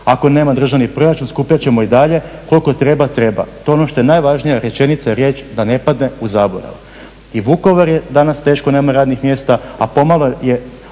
ako nema državni proračun skupljat ćemo i dalje koliko treba, treba. to je ono što ja najvažnija riječ ili rečenica da ne padne u zaborav. U Vukovaru je danas teško nema radnih mjesta, a pomalo je